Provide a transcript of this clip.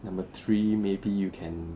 number three maybe you can